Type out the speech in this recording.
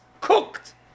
cooked